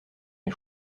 les